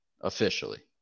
officially